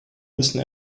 müssen